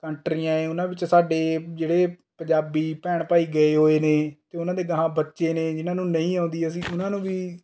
ਕੰਟਰੀਆਂ ਹੈ ਉਹਨਾਂ ਵਿੱਚ ਸਾਡੇ ਜਿਹੜੇ ਪੰਜਾਬੀ ਭੈਣ ਭਾਈ ਗਏ ਹੋਏ ਨੇ ਅਤੇ ਉਨ੍ਹਾਂ ਦੇ ਅਗਾਂਹ ਬੱਚੇ ਨੇ ਜਿਨ੍ਹਾਂ ਨੂੰ ਨਹੀਂ ਆਉਂਦੀ ਅਸੀਂ ਉਨ੍ਹਾਂ ਨੂੰ ਵੀ